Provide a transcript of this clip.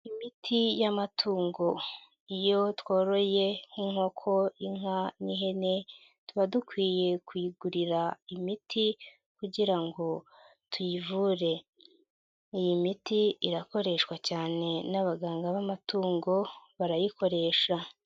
Imiti y'amatungo iyo tworoye nk'inkoko, inka n'ihene tuba dukwiye kuyigurira imiti kugira ngo tuyivure, iyi miti irakoreshwa cyane n'abaganga b'amatungo barayikoresha.